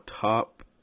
top